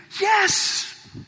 yes